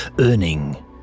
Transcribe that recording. earning